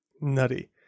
Nutty